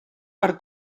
per